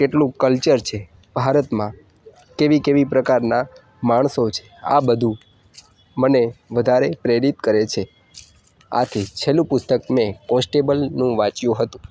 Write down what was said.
કેટલું કલ્ચર છે ભારતમાં કેવી કેવી પ્રકારના માણસો છે આ બધું મને વધારે પ્રેરિત કરે છે આથી છેલ્લું પુસ્તક મેં કોન્સ્ટેબલનું વાંચ્યું હતું